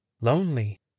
Lonely